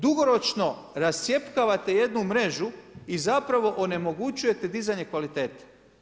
Dugoročno, rascjepkavate jednu mrežu i zapravo onemogućujete dizanje kvalitete.